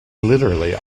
literally